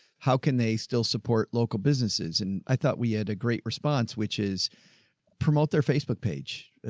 how can they still support local businesses? and i thought we had a great response, which is promote their facebook page,